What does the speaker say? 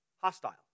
Hostile